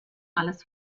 alles